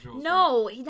No